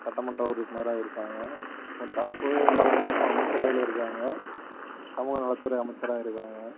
சட்டமன்ற உறுப்பினராக இருக்காங்க இப்போ தற்போதில் வந்து இப்போ அமைச்சரவையில் இருக்காங்க சமூக நலத்துறை அமைச்சராக இருக்காங்க